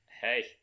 hey